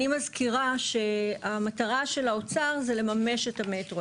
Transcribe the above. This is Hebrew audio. אני מזכירה שהמטרה של האוצר זה למשש את המטרו.